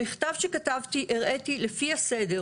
במכתב שכתבי, הראיתי לפי הסדר